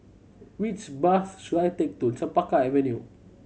which bus should I take to Chempaka Avenue